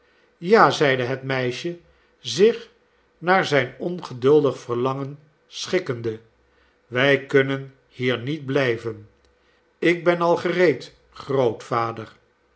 ja zeide het meisje zich naar zijn ongeduldig verlangen schikkende wij kunnen hier niet blijven ik ben al gereed grootvader